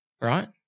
right